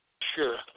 Sure